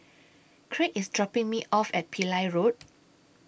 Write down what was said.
Craig IS dropping Me off At Pillai Road